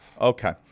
Okay